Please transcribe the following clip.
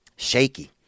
shaky